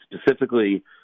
specifically